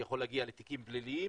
שיכול להגיע לתיקים פליליים,